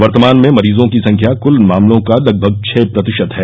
वर्तमान में मरीजों की संख्या कृल मामलों का लगभग छह प्रतिशत है